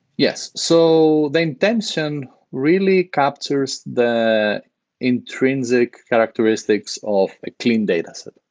yes. so the intention really captures the intrinsic characteristics of a clean dataset.